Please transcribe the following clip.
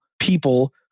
people